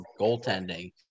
goaltending